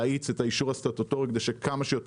להאיץ את האישור הסטטוטורי כדי שנוכל